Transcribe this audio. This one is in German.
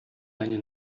eine